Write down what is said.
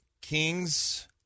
Kings